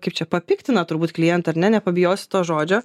kaip čia papiktina turbūt klientą ar ne nepabijosiu to žodžio